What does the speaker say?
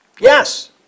yes